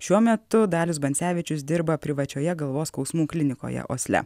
šiuo metu dalius bancevičius dirba privačioje galvos skausmų klinikoje osle